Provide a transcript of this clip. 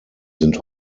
sind